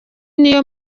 niyo